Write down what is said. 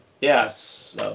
Yes